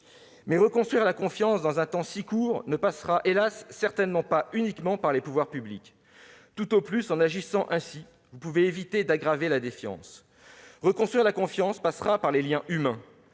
reconstruire la confiance dans un temps si court ne passera, hélas, certainement pas uniquement par les pouvoirs publics. Tout au plus, en agissant ainsi, vous pouvez éviter d'aggraver la défiance. Reconstruire la confiance passera par les liens humains,